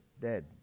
dead